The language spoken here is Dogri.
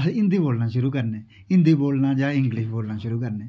अस हिंदी बोलने शुरु करने हिंदी बोलना जा इंगलिश बोलना शुरु करने हा